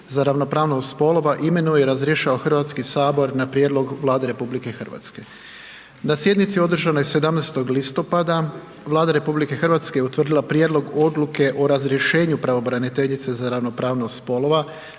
za ravnopravnost spolova imenuje i razrješava Hrvatski sabor na prijedlog Vlade RH. Na sjednici održanoj 17. listopada Vlada RH je utvrdila Prijedlog odluke o razrješenju pravobraniteljice za ravnopravnost spolova